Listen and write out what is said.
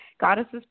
Goddesses